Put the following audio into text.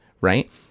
right